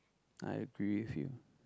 I agree with you